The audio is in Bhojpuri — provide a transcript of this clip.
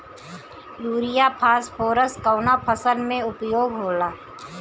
युरिया फास्फोरस कवना फ़सल में उपयोग होला?